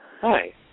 Hi